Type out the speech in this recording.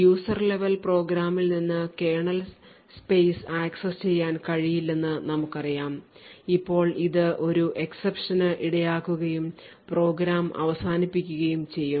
user level പ്രോഗ്രാമിൽ നിന്ന് kernel space access ചെയ്യാൻ കഴിയില്ലെന്ന് നമുക്കറിയാം ഇപ്പോൾ ഇത് ഒരു exception ന് ഇടയാക്കുകയും പ്രോഗ്രാം അവസാനിപ്പിക്കുകയും ചെയ്യും